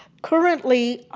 currently,